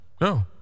No